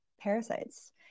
parasites